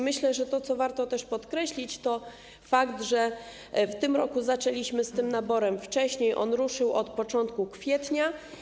Myślę, że to, co warto też podkreślić, to fakt, że w tym roku zaczęliśmy ten nabór wcześniej, on ruszył z początkiem kwietnia.